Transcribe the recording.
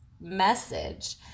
message